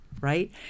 right